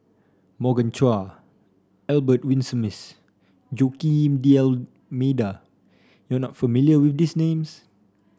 Morgan Chua Albert Winsemius Joaquim D 'Almeida you are not familiar with these names